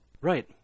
Right